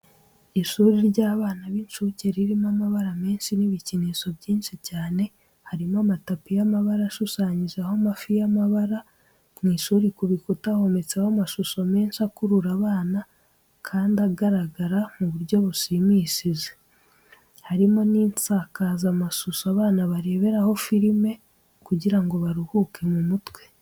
Ishuri ry'abana b'incuke ririmo amabara menshi n'ibikinisho byinshi cyane, harimo amatapi y'amabara ashushanyijeho amafi y'amabara, mu ishuri ku bikuta hometseho amashusho menshi akurura abana kandi agaragara mu buryo bushimishije, harimo n'insakazamashusho abana bareberaho filime kugira baruhuke mu mutwe.